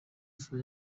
pfla